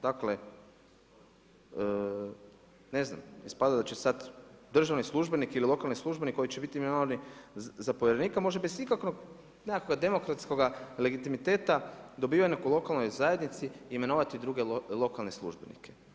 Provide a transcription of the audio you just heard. Dakle, ne znam, ispada da će sad državni službenik ili lokalni službenik koji će biti imenovani za povjerenika, može bez ikakvog, nekakvog demokratskoga legitimiteta, dobivenog u lokalnoj zajednici, imenovati druge lokalne službe.